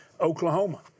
Oklahoma